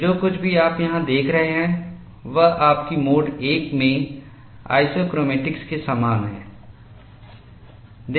और जो कुछ भी आप यहां देख रहे हैं वह आपकी मोड I मैं आइसोक्रोमैटिक्स के समान है